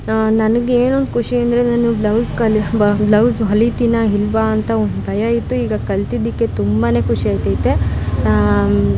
ನನಗೆ ಏನು ಒಂದು ಖುಷಿ ಅಂದರೆ ನಾನು ಬ್ಲೌಸ್ ಕಲಿ ಬ ಬ್ಲೌಸ್ ಹೊಲಿತೀನಾ ಇಲ್ವಾ ಅಂತ ಒಂದು ಭಯ ಇತ್ತು ಈಗ ಕಲ್ತಿದ್ದಕ್ಕೆ ತುಂಬಾ ಖುಷಿ ಆಗ್ತೈತೆ